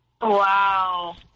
Wow